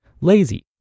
lazy